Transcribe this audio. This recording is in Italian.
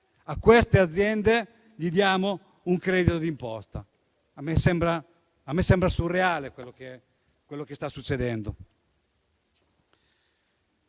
a queste aziende diamo un credito d'imposta. A me sembra surreale quello che sta succedendo.